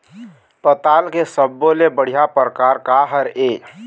पताल के सब्बो ले बढ़िया परकार काहर ए?